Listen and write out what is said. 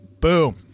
Boom